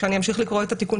מאחר